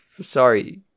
Sorry